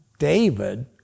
David